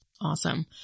Awesome